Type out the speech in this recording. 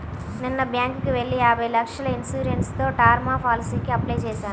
నిన్న బ్యేంకుకెళ్ళి యాభై లక్షల ఇన్సూరెన్స్ తో టర్మ్ పాలసీకి అప్లై చేశాను